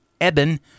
Eben